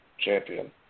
champion